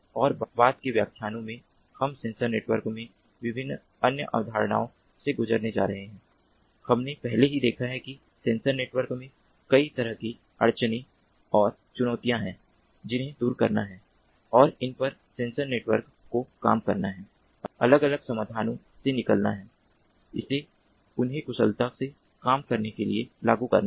और बाद के व्याख्यानों में हम सेंसर नेटवर्क में विभिन्न अन्य अवधारणाओं से गुजरने जा रहे हैं हमने पहले ही देखा है कि सेंसर नेटवर्क में कई तरह की अड़चनें और चुनौतियां हैं जिन्हें दूर करना है और इन पर सेंसर नेटवर्क को काम करना है अलग अलग समाधानों से निकलना हैं इसे उन्हें कुशलता से काम करने के लिए लागू करना है